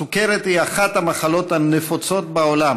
הסוכרת היא אחת המחלות הנפוצות בעולם